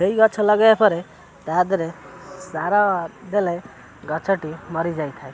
ସେଇ ଗଛ ଲଗାଇବା ପରେ ତା'ଦେହରେ ସାର ଦେଲେ ଗଛଟି ମରିଯାଇଥାଏ